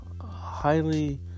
highly